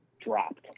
dropped